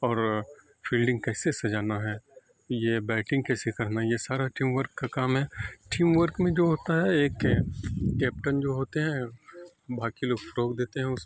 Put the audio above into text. اور فلڈنگ کیسے سجانا ہے یہ بیٹنگ کیسے کرنا ہے یہ سارا ٹیم ورک کا کام ہے ٹیم ورک میں جو ہوتا ہے ایک کیپٹن جو ہوتے ہیں باقی لوگ فروغ دیتے ہیں اس